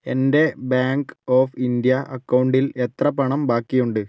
എൻ്റെ bank of India അക്കൗണ്ടിൽ എത്ര പണം ബാക്കിയുണ്ട്